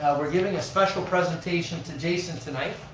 we're giving a special presentation to jason tonight,